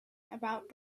about